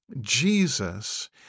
Jesus